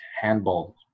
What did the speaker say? handball